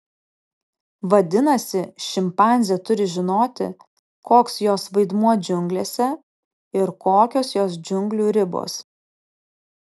vadinasi šimpanzė turi žinoti koks jos vaidmuo džiunglėse ir kokios jos džiunglių ribos